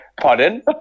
Pardon